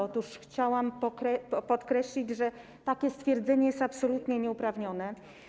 Otóż chciałam podkreślić, że takie stwierdzenie jest absolutnie nieuprawnione.